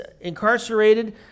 incarcerated